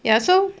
ya so